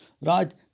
right